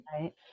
right